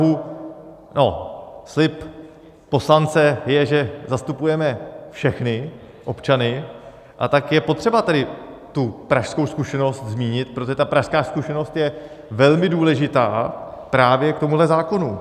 No, slib poslance je, že zastupujeme všechny občany, a tak je potřeba tedy tu pražskou zkušenost zmínit, protože ta pražská zkušenost je velmi důležitá právě k tomuto zákonu.